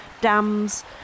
dams